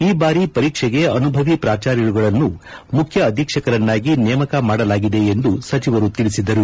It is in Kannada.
ಈ ಬಾರಿ ಪರೀಕ್ಷೆಗೆ ಅನುಭವಿ ಪ್ರಾಚಾರ್ಯರುಗಳನ್ನು ಮುಖ್ಯಅಧೀಕ್ಷಕರನ್ನಾಗಿ ನೇಮಕ ಮಾಡಲಾಗಿದೆ ಎಂದು ಅವರು ಹೇಳಿದರು